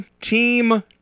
team